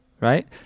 Right